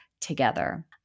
together